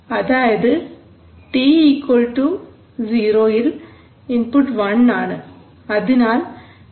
അതായത് t 0 യിൽ input 1 ആണ്